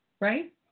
Right